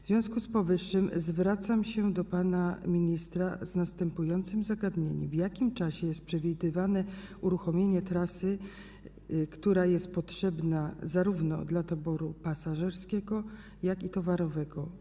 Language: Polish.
W związku z powyższym zwracam się do pana ministra z następującym zagadnieniem: w jakim czasie jest przewidywane uruchomienie trasy, która jest potrzebna zarówno dla taboru pasażerskiego, jak i towarowego?